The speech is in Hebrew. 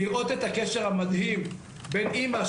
לראות את הקשר המדהים בין אמא,